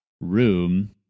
room